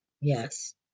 yes